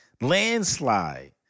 Landslide